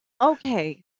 Okay